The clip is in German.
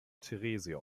theresia